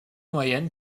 moyenne